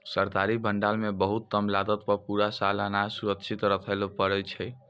सरकारी भंडार मॅ बहुत कम लागत पर पूरा साल अनाज सुरक्षित रक्खैलॅ पारै छीं